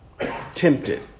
Tempted